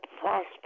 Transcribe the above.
prosper